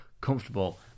comfortable